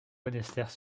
monastères